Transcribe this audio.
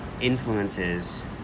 influences